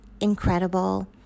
incredible